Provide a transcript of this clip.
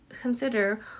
consider